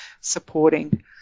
supporting